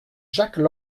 jacques